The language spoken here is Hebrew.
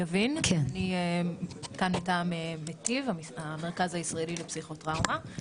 אני כאן מטעם מטיב, המרכז הישראלי לפסיכוטראומה.